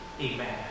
Amen